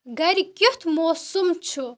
گرِ کیُتھ موسُم چھُ